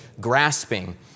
grasping